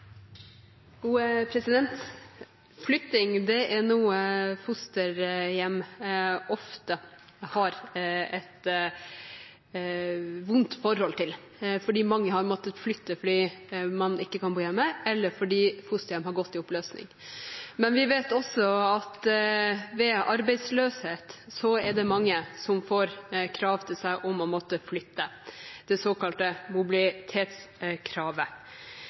noe fosterhjem ofte har et vondt forhold til, fordi mange har måttet flytte fordi man ikke kunne bo hjemme, eller fordi fosterhjemmet har gått i oppløsning, men vi vet også at det ved arbeidsløshet er mange som får et krav om å måtte flytte – det såkalte mobilitetskravet.